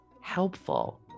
helpful